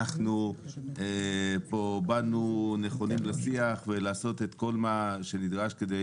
אנחנו פה באנו נכונים לשיח ולעשות את כל מה שנדרש כדי